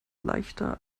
leichter